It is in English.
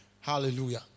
Hallelujah